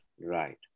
Right